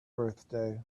birthday